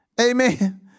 Amen